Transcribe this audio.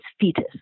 fetus